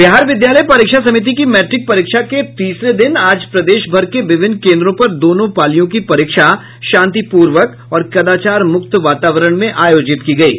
बिहार विद्यालय परीक्षा समिति की मैट्रिक परीक्षा के तीसरे दिन आज प्रदेश भर के विभिन्न केन्द्रों पर दोनों पालियों की परीक्षा शांतिपूर्वक और कदाचार मुक्त वातावरण में आयोजित की गयी